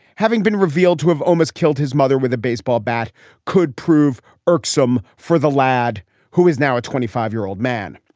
having been revealed to have almost killed his mother with a baseball bat could prove irksome for the lad who is now a twenty five year old man.